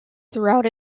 throughout